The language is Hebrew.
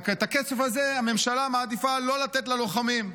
רק את הכסף הזה הממשלה מעדיפה לא לתת ללוחמים.